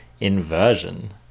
inversion